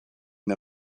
the